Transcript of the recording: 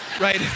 Right